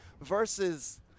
versus